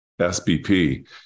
SBP